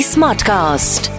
Smartcast